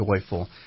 joyful